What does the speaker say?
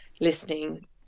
listening